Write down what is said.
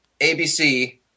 ABC –